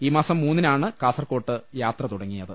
ഈ മാസം മൂന്നിനാണ് കാസർക്കോട്ട് യാത്ര തുടങ്ങിയത്